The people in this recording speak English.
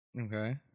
Okay